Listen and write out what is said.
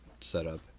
setup